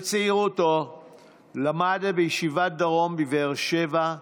בצעירותו למד בישיבת דרום בבאר שבע,